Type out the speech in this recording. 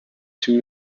two